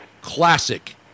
Classic